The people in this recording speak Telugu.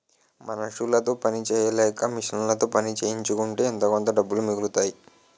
మనుసులతో పని సెయ్యలేక మిషన్లతో చేయించుకుంటే ఎంతోకొంత డబ్బులు మిగులుతాయి